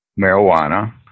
marijuana